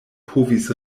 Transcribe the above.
povis